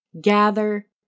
gather